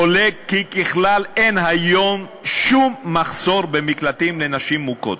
עולה כי ככלל אין היום שום מחסור במקלטים לנשים מוכות.